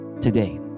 today